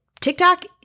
TikTok –